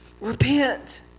repent